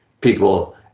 people